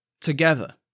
Together